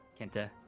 Kenta